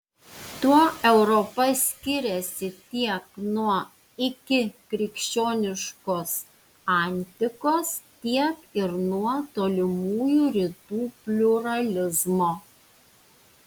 tuo europa skiriasi tiek nuo ikikrikščioniškos antikos tiek ir nuo tolimųjų rytų pliuralizmo